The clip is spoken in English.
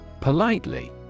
Politely